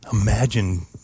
Imagine